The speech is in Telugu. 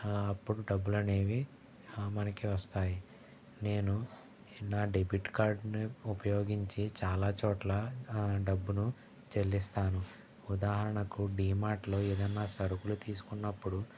అప్పుడు డబ్బులనేవి మనకి వస్తాయి నేను నా డెబిట్ కార్డునే ఉపయోగించి చాలా చోట్ల డబ్బును చెల్లిస్తాను ఉదాహరణకు డిమార్టులో ఏదైనా సరుకులు తీసుకున్నప్పుడు